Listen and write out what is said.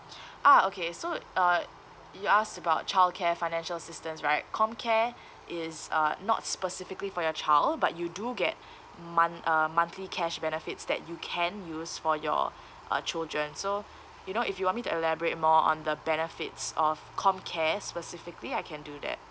uh okay so uh you asked about childcare financial assistance right comcare is uh not specifically for your child but you do get more month~ uh monthly cash benefits that you can use for your uh children so you know if you want me to elaborate more on the benefits of comcare specifically I can do that